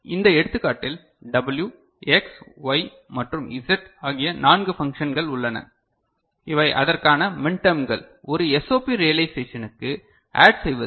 இந்த எடுத்துக்காட்டில் W X Y மற்றும் Z ஆகிய நான்கு பண்க்ஷங்கள் உள்ளன இவை அதற்கான மின்டேர்ம்கள் ஒரு SOP ரியளைசெஷனக்கு ஆட் செய்வதற்கு